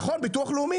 נכון, ביטוח לאומי.